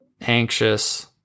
Anxious